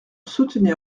soutenir